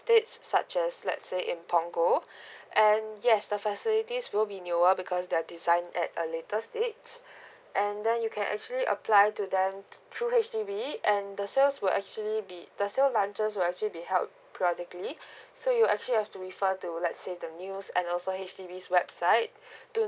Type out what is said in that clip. estate such as like say in punggol and yes the facilities will be newer because they are designed at a later stage and then you can actually apply to them through H_D_B and the sales will actually be the sales lunches will actually be held periodically so you actually have to refer to let say the news and also the H_D_B website